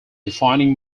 defining